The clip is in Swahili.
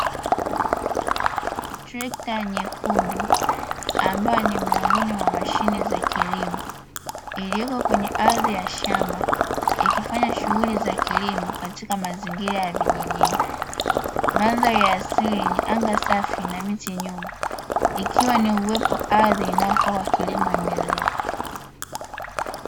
Trekta nyekundu ambayo ni miongoni mwa mashine za kilimo iliyoko kwenye ardhi ya shamba ikifanya shughuli za kilimo katika mazingira ya vijijini. Mandhari ya asili yenye anga safi na miti nyuma ikiwa ni uwepo ardhi inayofaa kwa kilimo endelevu.